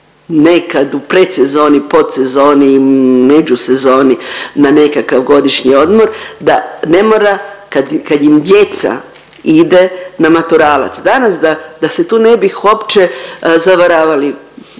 nekad u predsezoni, podsezoni, međusezoni na nekakav godišnji odmor. Da ne mora kad im djeca ide na maturalac. Danas da, da se tu ne bih uopće zavaravali,